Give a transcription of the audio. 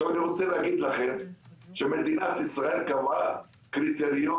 אני רוצה להגיד לכם שמדינת ישראל קבעה קריטריונים